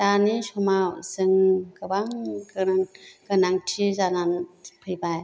दानि समाव जों गोबां गोनां गोनांथि जाना फैबाय